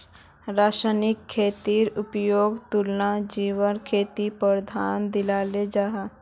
रासायनिक खेतीर उपयोगेर तुलनात जैविक खेतीक प्राथमिकता दियाल जाहा